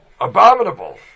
Abominable